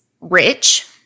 rich